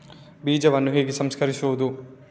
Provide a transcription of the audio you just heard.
ಬೀಜವನ್ನು ಹೇಗೆ ಸಂಸ್ಕರಿಸುವುದು?